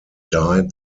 died